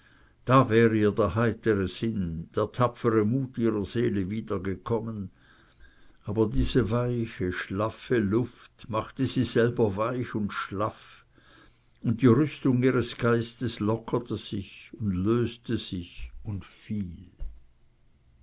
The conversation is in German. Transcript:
da wär ihr der heitere sinn der tapfere mut ihrer seele wiedergekommen aber diese weiche schlaffe luft machte sie selber weich und schlaff und die rüstung ihres geistes lockerte sich und löste sich und fiel